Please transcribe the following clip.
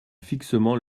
fixement